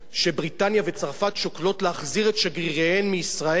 שבריטניה וצרפת שוקלות להחזיר את שגריריהן מישראל,